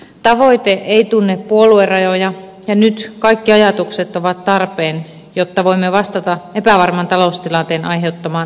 tavoite ei tunne puoluerajoja ja nyt kaikki ajatukset ovat tarpeen jotta voimme vastata epävarman taloustilanteen aiheuttamaan haasteeseen